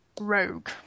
rogue